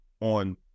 on